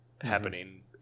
happening